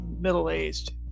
middle-aged